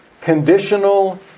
conditional